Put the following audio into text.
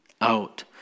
out